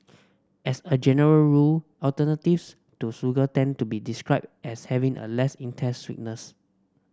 as a general rule alternatives to sugar tend to be described as having a less intense sweetness